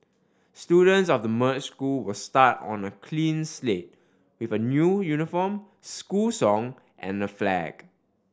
students of the merged school will start on a clean slate with a new uniform school song and flag